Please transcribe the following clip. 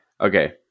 Okay